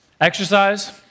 exercise